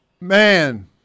Man